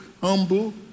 humble